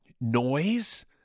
noise